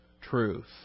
truth